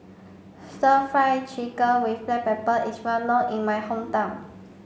stir fry chicken with black pepper is well known in my hometown